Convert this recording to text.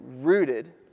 rooted